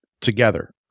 together